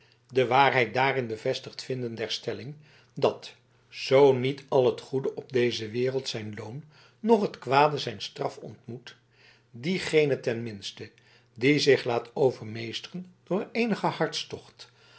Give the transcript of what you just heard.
de waarheid daarin bevestigd vinden der stelling dat zoo niet al het goede op deze wereld zijn loon noch het kwade zijn straf ontmoet diegene ten minste die zich laat overmeesteren door eenigen hartstocht